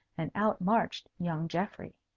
and out marched young geoffrey.